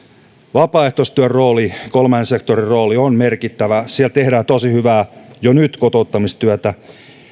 vapaaehtoistyön rooli kolmannen sektorin rooli on merkittävä siellä tehdään jo nyt tosi hyvää kotouttamistyötä